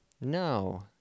No